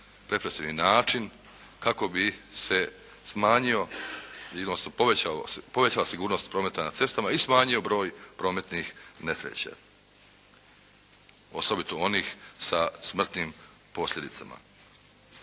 represivni način kako bi se smanjio, odnosno povećala sigurnost prometa na cestama i smanjio broj prometnih nesreća osobito onih sa smrtnim posljedicama.